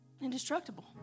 indestructible